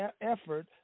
effort